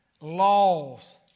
laws